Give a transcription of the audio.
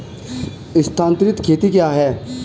स्थानांतरित खेती क्या है?